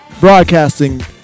broadcasting